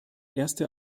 erste